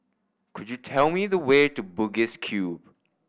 could you tell me the way to Bugis Cube